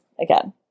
again